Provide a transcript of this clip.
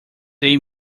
they